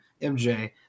MJ